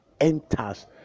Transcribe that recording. enters